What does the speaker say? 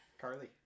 Carly